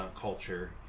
culture